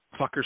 fuckers